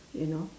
you know